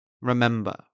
remember